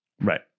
Right